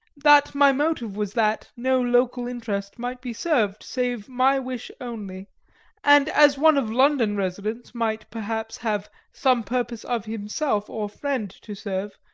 that my motive was that no local interest might be served save my wish only and as one of london residence might, perhaps have some purpose of himself or friend to serve,